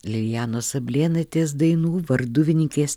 lilijanos ablėnaitės dainų varduvininkės